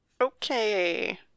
Okay